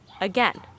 again